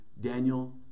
Daniel